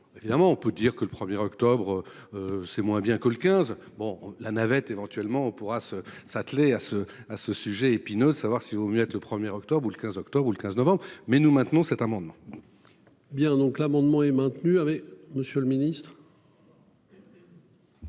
évidemment on peut dire que le premier octobre. C'est moins bien que le 15 bon la navette éventuellement on pourra se, s'atteler à ce à ce sujet épineux de savoir s'il vaut mieux être le premier octobre ou le 15 octobre ou le 15 novembre, mais nous maintenons cet amendement.-- Bien donc l'amendement est maintenu avec Monsieur le Ministre.